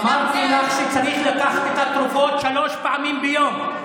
אמרתי לך שצריך לקחת את התרופות שלוש פעמים ביום,